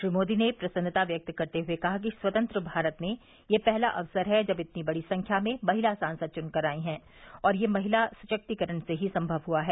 श्री मोदी ने प्रसन्नता व्यक्त करते हुए कहा कि स्वतंत्र भारत में यह पहला अवसर है जब इतनी बड़ी संख्या में महिला संसद च्नकर आई हैं और यह महिला सशक्तीकरण से ही संभव हुआ है